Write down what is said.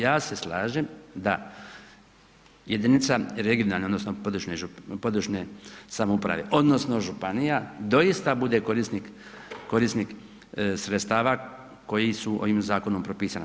Ja se slažem da jedinice regionalne odnosno područne samouprave, odnosno županija, doista bude korisnik sredstava koji su ovim zakonom propisane.